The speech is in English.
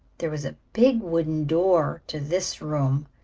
there was a big wooden door to this room,